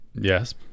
Yes